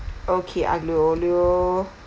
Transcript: okay aglio-olio